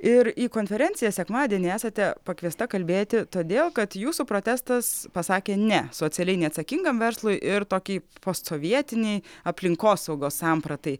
ir į konferenciją sekmadienį esate pakviesta kalbėti todėl kad jūsų protestas pasakė ne socialiai neatsakingam verslui ir tokiai postsovietinei aplinkosaugos sampratai